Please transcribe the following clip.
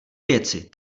věci